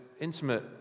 intimate